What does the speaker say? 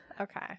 Okay